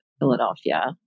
Philadelphia